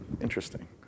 interesting